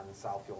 Southfield